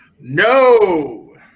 No